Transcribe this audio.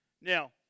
Now